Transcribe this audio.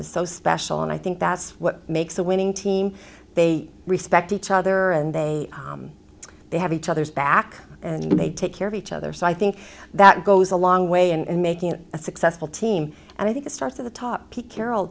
is so special and i think that's what makes a winning team they respect each other and then they have each other's back and they take care of each there so i think that goes a long way and making it a successful team and i think the start of the top pete carrol